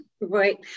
Right